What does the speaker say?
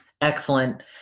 excellent